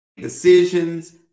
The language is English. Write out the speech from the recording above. decisions